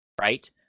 right